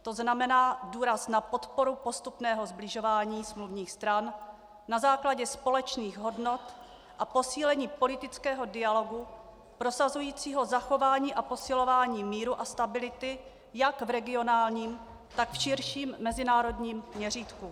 To znamená důraz na podporu postupného sbližování smluvních stran na základě společných hodnot a posílení politického dialogu prosazujícího zachování a posilování míru a stability jak v regionálním, tak v širším mezinárodním měřítku.